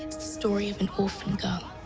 story of an orphan girl,